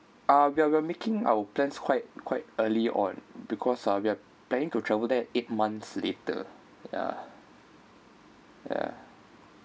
uh we are we are making our plans quite quite early on because uh we're planning to travel there eight months later ya ya